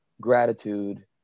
gratitude